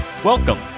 Welcome